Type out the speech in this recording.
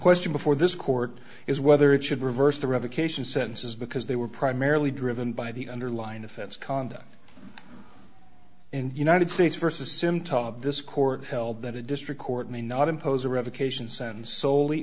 question before this court is whether it should reverse the revocation sentences because they were primarily driven by the underlying offense conduct in united states versus symtab this court held that a district court may not impose a revocation sends sole